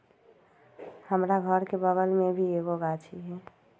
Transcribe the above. हमरा घर के बगल मे भी एगो गाछी हई